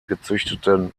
gezüchteten